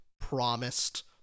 promised